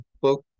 book